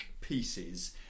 pieces